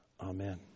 amen